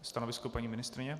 Stanovisko, paní ministryně?